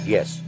Yes